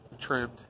trimmed